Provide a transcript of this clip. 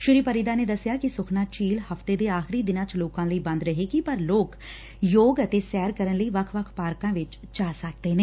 ਸ੍ਰੀ ਪਰਿਦਾ ਨੇ ਕਿਹਾ ਕਿ ਸੁਖਨਾ ਝੀਲ ਹਫ਼ਤੇ ਦੇ ਆਖਰੀ ਦਿਨਾਂ ਚ ਲੋਕਾਂ ਲਈ ਬੰਦ ਰਹੇਗੀ ਪਰ ਲੋਕ ਯੋਗ ਅਤੇ ਸੈਰ ਕਰਨ ਲਈ ਵੱਖ ਵੱਖ ਪਾਰਕਾਂ ਵਿਚ ਜਾ ਸਕਦੇ ਨੇ